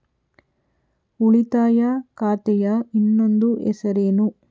ಉಳಿತಾಯ ಖಾತೆಯ ಇನ್ನೊಂದು ಹೆಸರೇನು?